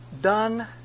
done